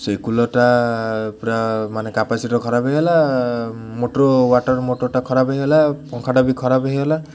ସେଇ କୁଲର୍ଟା ପୁରା ମାନେ କାପାସିଟିର୍ ଖରାପ ହେଇଗଲା ମୋଟର୍ ୱାଟର୍ ମୋଟର୍ଟା ଖରାପ ହେଇଗଲା ପଙ୍ଖାଟା ବି ଖରାପ ହେଇଗଲା